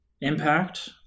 Impact